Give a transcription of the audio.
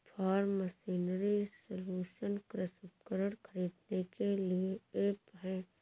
form machinery solution कृषि उपकरण खरीदने के लिए ऐप है